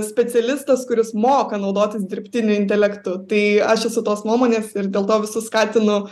specialistas kuris moka naudotis dirbtiniu intelektu tai aš esu tos nuomonės ir dėl to visus skatinu